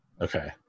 Okay